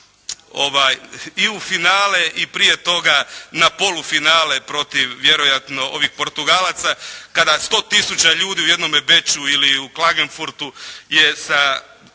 i u finale i prije toga na polufinale protiv vjerojatno ovih Portugalaca, kada 100 tisuća ljudi u jednom Beču i u Klagenfurtu je u